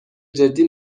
جدی